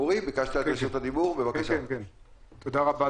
תודה רבה,